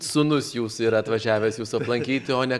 sūnus jūsų yra atvažiavęs jūsų aplankyti o ne